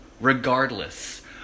regardless